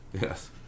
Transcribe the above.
Yes